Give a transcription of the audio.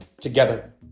together